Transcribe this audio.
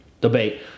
debate